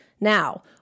Now